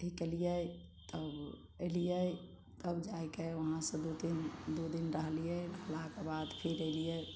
अथी कयलियै तब एलियै तब जाइके वहाँ से दू तीन दू दिन रहलियै रहलाके बाद फिर एलियै